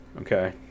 okay